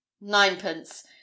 ninepence